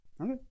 okay